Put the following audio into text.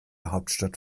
hauptstadt